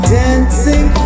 dancing